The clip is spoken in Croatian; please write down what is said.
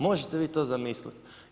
Možete vi to zamisliti?